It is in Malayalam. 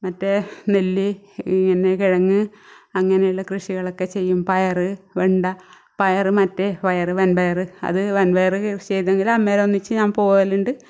മറ്റേ നെല്ല് ഇങ്ങനെ കിഴങ്ങ് അങ്ങനെയുള്ള കൃഷികളൊക്കെ ചെയ്യും പയർ വെണ്ട പയർ മറ്റേ പയർ വൻപയർ അത് വൻപയർ കൃഷിചെയ്തെങ്കിൽ അമ്മയോടൊഒന്നിച്ച് ഞാൻ പോകലുണ്ട്